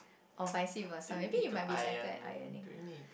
or vice versa maybe you might be better at ironing